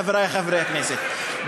חברי חברי הכנסת,